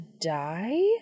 die